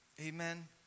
Amen